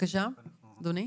בבקשה, אדוני.